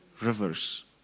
rivers